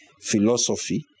philosophy